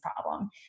problem